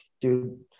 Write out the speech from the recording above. dude